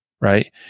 right